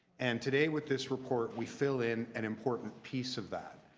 and today with this report, we fill in an important piece of that.